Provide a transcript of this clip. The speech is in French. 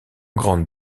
grande